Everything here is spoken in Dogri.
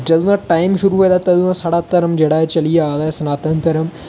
जंदू टाइम शुरु होऐ दा तंदू दा साढा धर्म मतलब चली आ दा ऐ सनातन धर्म